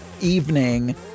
evening